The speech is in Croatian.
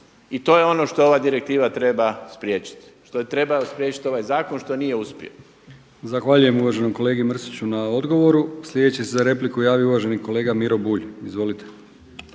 i to je ono što ova direktiva treba spriječiti, što treba spriječiti ovaj zakon što nije uspio. **Brkić, Milijan (HDZ)** Zahvaljujem uvaženom kolegi Mrsiću na odgovoru. Sljedeći se za repliku javio uvaženi kolega Miro Bulj. Izvolite.